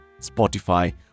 spotify